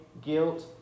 guilt